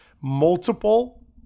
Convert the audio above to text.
Multiple